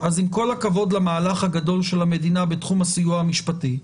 אז עם כל הכבוד למהלך הגדול של המדינה בתחום הסיוע המשפטי,